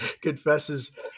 confesses